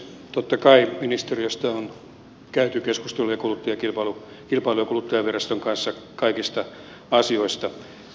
totta kai ministeriöstä on käyty keskusteluja kilpailu ja kuluttajaviraston kanssa kaikista asioista